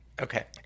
Okay